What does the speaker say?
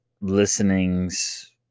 listenings